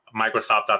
microsoft